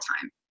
time